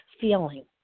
feeling